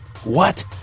What